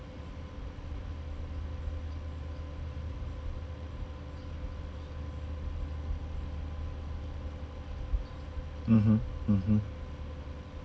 mmhmm mmhmm